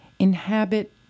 inhabit